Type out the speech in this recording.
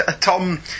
Tom